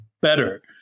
better